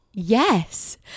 Yes